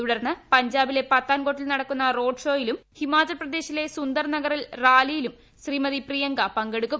തുടൂർന്ന് പഞ്ചാബിലെ പത്താൻകോട്ടിൽ നടക്കുന്ന റോഡ്ട് ്ഷോയിലും ഹിമാചൽ പ്രദേശിലെ സുന്ദർ നഗറിൽ റാലിയിലും ശ്രീമതി പ്രിയങ്ക പങ്കെടുക്കും